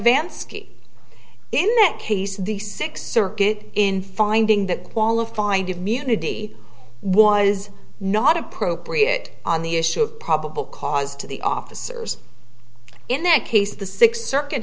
ski in that case the sixth circuit in finding that qualified immunity was not appropriate on the issue of probable cause to the officers in that case the sixth circuit